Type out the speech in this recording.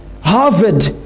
Harvard